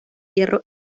hierro